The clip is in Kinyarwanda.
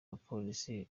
bapolisi